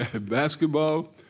basketball